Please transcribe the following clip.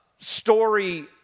story